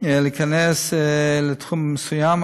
להיכנס לתחום מסוים,